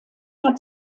hat